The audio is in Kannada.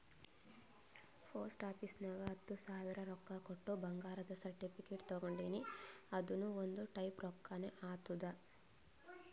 ಪೋಸ್ಟ್ ಆಫೀಸ್ ನಾಗ್ ಹತ್ತ ಸಾವಿರ ರೊಕ್ಕಾ ಕೊಟ್ಟು ಬಂಗಾರದ ಸರ್ಟಿಫಿಕೇಟ್ ತಗೊಂಡಿನಿ ಅದುನು ಒಂದ್ ಟೈಪ್ ರೊಕ್ಕಾನೆ ಆತ್ತುದ್